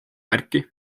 märki